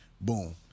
Boom